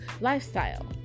lifestyle